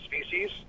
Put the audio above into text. species